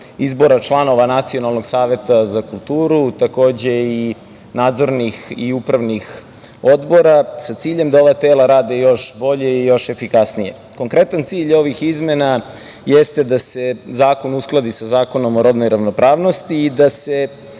izbora članova Nacionalnog saveta za kulturu, takođe i nadzornih i upravnih odbora, sa ciljem da ova tela rade još bolje i još efikasnije. Konkretan cilj ovih izmena jeste da se zakon uskladi sa Zakonom o rodnoj ravnopravnosti i da se